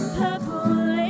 purple